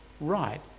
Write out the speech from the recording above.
right